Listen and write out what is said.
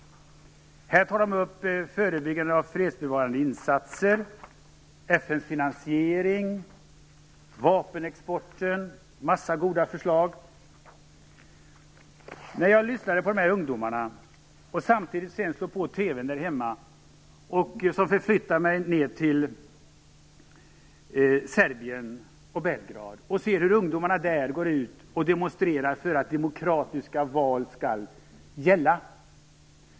I dokumentet tar de upp förebyggande av fredsbevarande insatser, FN:s finansiering, vapenexporten, m.m. De har många goda förslag. Jag lyssnade på ungdomarna och slog sedan på tv:n där hemma, som förflyttade mig ned till Serbien och Belgrad. Jag såg hur ungdomarna där går ut och demonstrerar för att resultaten av demokratiska val skall gälla.